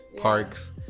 parks